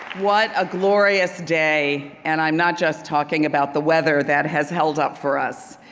what a glorious day and i'm not just talking about the weather that has held up for us.